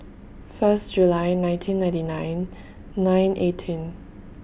First July nineteen ninety nine nine eighteen